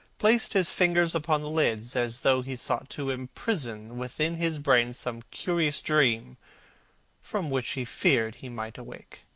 placed his fingers upon the lids, as though he sought to imprison within his brain some curious dream from which he feared he might awake.